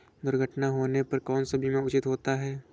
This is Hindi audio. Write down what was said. दुर्घटना होने पर कौन सा बीमा उचित होता है?